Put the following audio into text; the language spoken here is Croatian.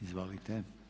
Izvolite.